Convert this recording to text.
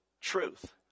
truth